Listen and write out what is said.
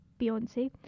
Beyonce